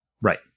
Right